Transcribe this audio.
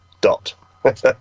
dot